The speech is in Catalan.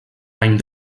any